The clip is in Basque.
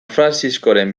frantziskoren